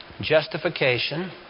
justification